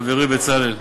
חברי בצלאל,